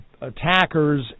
attackers